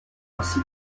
ainsi